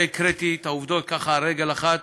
הקראתי את העובדות ככה על רגל אחת,